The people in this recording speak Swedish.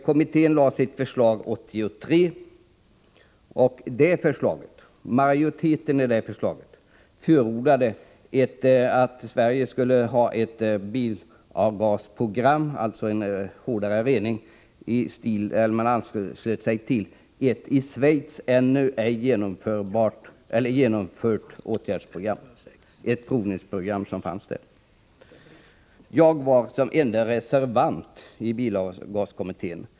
Kommittén lade fram sina förslag 1983, och utredningsmajoriteten bakom förslagen förordade att Sverige skulle ansluta sig till ett i Schweiz ännu ej genomfört provningsprogram för hårdare rening. Jag var ende reservant i bilavgaskommittén.